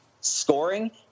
scoring